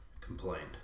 complained